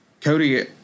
Cody